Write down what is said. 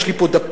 יש לי פה דפים.